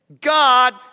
God